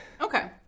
Okay